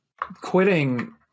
quitting